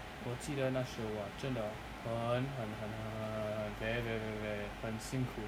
我记得那时 !wah! 真的很很很很很很 very very very very very 很幸苦